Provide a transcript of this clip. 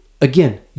again